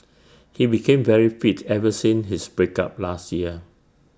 he became very fit ever since his break up last year